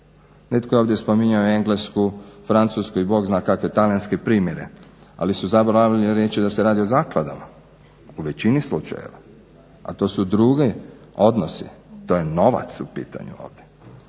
Netko je ovdje spominjao Englesku, Francusku i Bog zna kakve talijanske primjere, ali su zaboravili reći da se radi o zakladama u većini slučajeva a to su drugi odnosi, to je novac u pitanju ovdje.